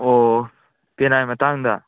ꯑꯣ ꯄꯦꯅꯥꯒꯤ ꯃꯇꯥꯡꯗ